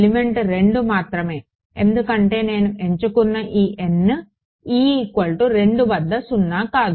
element 2 మాత్రమే ఎందుకంటే నేను ఎంచుకున్న ఈ N e2 వద్ద సున్నా కాదు